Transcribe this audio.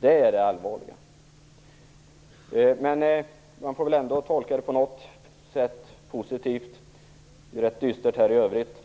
Det är det allvarliga. Man får väl ändå tolka svaret positivt på något sätt. Det är rätt dystert här i övrigt.